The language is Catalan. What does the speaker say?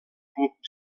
club